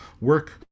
work